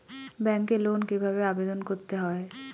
ব্যাংকে লোন কিভাবে আবেদন করতে হয়?